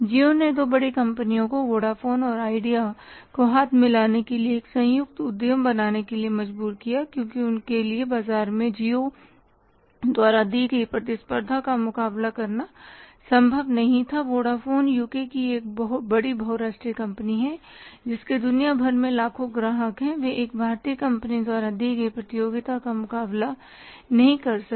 जिओ ने दो बड़ी कंपनियों को वोडाफोन और आइडिया को हाथ मिलाने के लिए एक संयुक्त उद्यम बनाने के लिए मजबूर किया क्योंकि उनके लिए बाजार में जिओ द्वारा दी गई प्रतिस्पर्धा का मुकाबला करना संभव नहीं था वोडाफोन यूके की एक बड़ी बहु राष्ट्रीय कंपनी है जिसके दुनिया भर में लाखों ग्राहक है वे एक भारतीय कंपनी द्वारा दी गई प्रतियोगिता का मुकाबला नहीं कर सकी